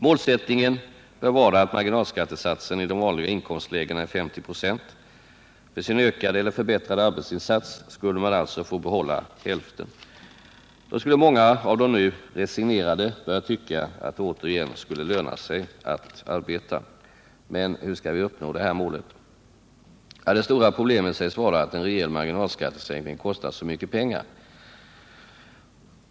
Målsättningen bör vara att marginalskattesatsen i de vanliga inkomstlägena är 50 96. För sin ökade eller förbättrade arbetsinsats skulle man alltså få behålla hälften. Då skulle många av de nu resignerade börja tycka att det återigen skulle löna sig att arbeta. Men hur skall vi kunna uppnå det målet? Det stora problemet sägs vara att en rejäl marginalskattesänkning kostar så mycket pengar.